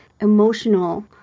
emotional